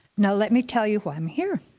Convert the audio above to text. now let me tell you why i'm here.